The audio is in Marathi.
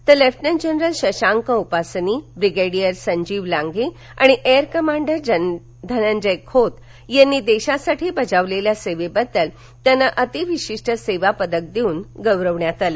तर लेफ ऊ जनरल शशांक उपासनी ब्रिगेडियर संजीव लांघे आणि एअर कमांडर धनंजय खोत यांनी देशासाठी बजावलेल्या सेवेबद्दल अति विशिष्ट सेवा पदक देऊन गौरवण्यात आलं